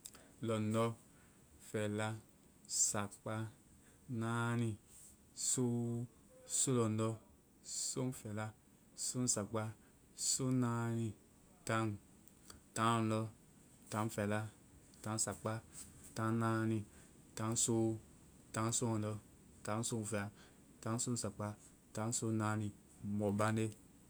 . Lɔndɔ́. Fɛ́la. Sakpaa. Naaní. Soou. Soŋlɔndɔ́. Soŋfɛ́lá. Soŋsakpaa. Sɔŋ náani. Taŋ. Taŋ lɔndɔ́. Taŋ fɛ́la. Taŋ sakpá. Taŋ naani. Taŋ soou. Taŋ sɔŋlɔndɔ́. Taŋ sɔŋ fɛ́la. Taŋ sɔŋ sakpá. Taŋ sɔŋ naani. Mɔbande